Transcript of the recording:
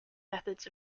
methods